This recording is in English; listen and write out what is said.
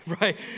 right